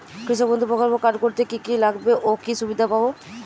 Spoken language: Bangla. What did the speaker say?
কৃষক বন্ধু প্রকল্প কার্ড করতে কি কি লাগবে ও কি সুবিধা পাব?